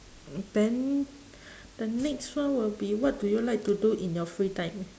then the next one will be what do you like to do in your free time